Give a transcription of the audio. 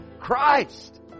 Christ